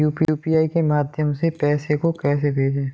UPI के माध्यम से पैसे को कैसे भेजें?